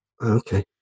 Okay